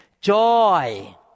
joy